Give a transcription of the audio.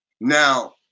Now